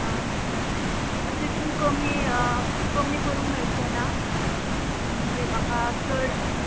आं तितून कमी कमी करूंक मेळचे ना म्हणजे म्हाका चड